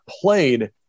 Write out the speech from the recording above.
played